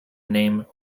name